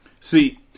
See